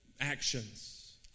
actions